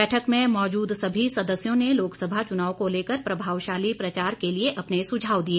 बैठक में मौजूद सभी सदस्यों ने लोकसभा चुनाव को लेकर प्रभावशाली प्रचार के लिए अपने सुझाव दिए